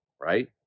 Right